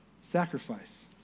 sacrifice